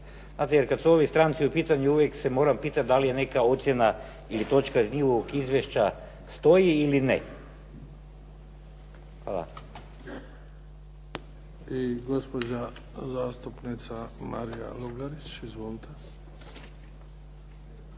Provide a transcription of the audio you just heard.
Znate, jer kad su ovi stranci u pitanju, uvijek se moram pitati da li je neka ocjena ili točka iz njihovog izvješća stoji ili ne. Hvala. **Bebić, Luka (HDZ)** I gospođa zastupnica Marija Lugarić. Izvolite.